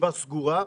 ישיבה סגורה,